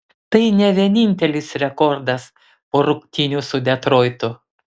tai ne vienintelis rekordas po rungtynių su detroitu